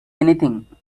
anything